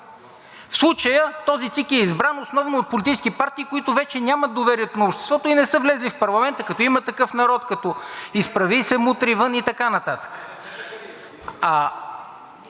В случая този ЦИК е избран основно от политически партии, които вече нямат доверието на обществото и не са влезли в парламента, като „Има такъв народ“, като „Изправи се! Мутри, вън!“ и така нататък.